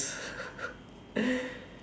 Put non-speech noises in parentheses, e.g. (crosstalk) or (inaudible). (laughs)